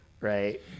right